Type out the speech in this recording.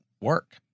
work